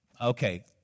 okay